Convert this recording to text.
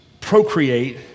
procreate